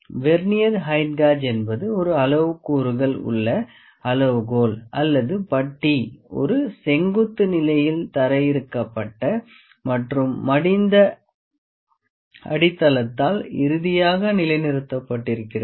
vernier height gauge என்பது ஒரு அளவுக்கூறுகள் உள்ள அளவுகோல் அல்லது பட்டி ஒரு செங்குத்து நிலையில் தரையிறக்கப்பட்ட மற்றும் மடிந்த அடித்தளத்தால் இறுதியாக நிலைநிறுத்தப்பட்டிருக்கிறது